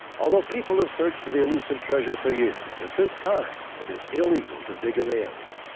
although people have searched for the elusive treasure for years, at this time it is illegal to dig in the area.